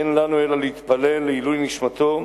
אין לנו אלא להתפלל לעילוי נשמתו.